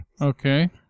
Okay